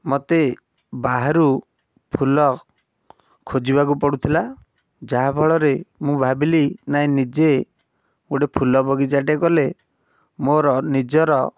ମୋତେ ବାହାରୁ ଫୁଲ ଖୋଜିବାକୁ ପଡ଼ୁଥିଲା ଯାହା ଫଳରେ ମୁଁ ଭାବିଲି ନାହିଁ ନିଜେ ଗୋଟେ ଫୁଲ ବଗିଚାଟେ କଲେ ମୋର ନିଜର